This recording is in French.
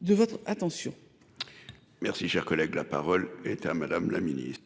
De votre attention. Merci, cher collègue, la parole est à madame la ministre.